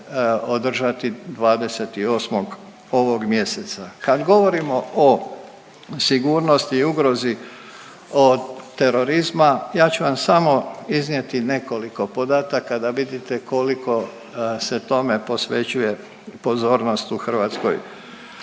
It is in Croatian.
održati 28. ovog mjeseca. Kad govorimo o sigurnosti i ugrozi od terorizma, ja ću vam samo iznijeti nekoliko podataka da vidite koliko se tome posvećuje pozornost u hrvatskoj